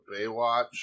Baywatch